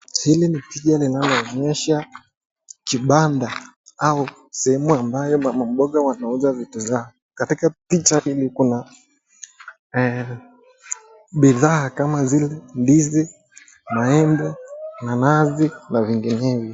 Hili ni picha linaloonyesha kibanda au sehemu ambayo mama mboga wanauza vitu zao. Katika picha hili kuna bidhaa kama zile ndizi, maembe, nanasi na vinginevyo.